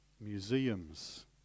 museums